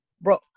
Bro